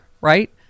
right